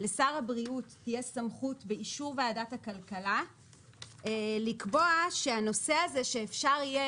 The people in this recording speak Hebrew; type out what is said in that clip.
לשר הבריאות תהיה סמכות באישור ועדת הכלכלה לקבוע שהנושא הזה שאפשר יהיה